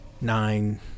nine